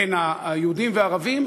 בין היהודים והערבים,